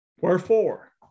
wherefore